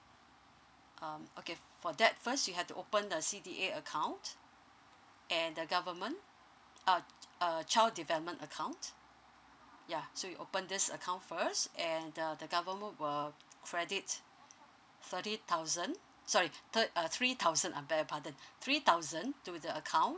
um okay for that first you have to open a C_D_A account and the government uh uh child development account yeah so you open this account first and the the government will credit thirty thousand sorry thir~ uh three thousand I beg your pardon three thousand to the account